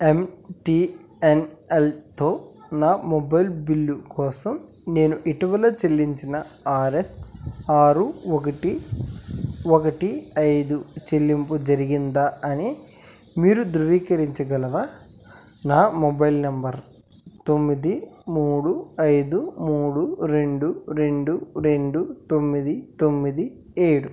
ఎమ్ T N ఎల్తో నా mobile bill కోసం నేను ఇటీవల చెల్లించిన ఆర్ ఎస్ ఆరు ఒకటి ఒకటి ఐదు చెల్లింపు జరిగిందా అని మీరు ధృవీకరించగలరా నా మొబైల్ నెంబర్ తొమ్మిది మూడు ఐదు మూడు రెండు రెండు రెండు తొమ్మిది తొమ్మిది ఏడు